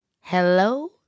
Hello